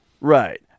Right